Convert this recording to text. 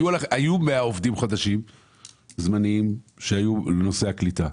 היו 100 עובדים חדשים זמניים לנושא הקליטה.